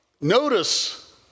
Notice